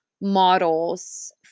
models